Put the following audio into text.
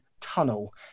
tunnel